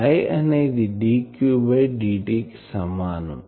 I అనేది dq by dt కి సమానం